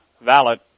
valid